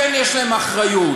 כן יש להם אחריות.